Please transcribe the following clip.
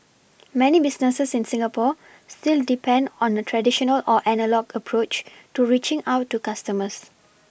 many businesses in Singapore still depend on a traditional or analogue approach to reaching out to customers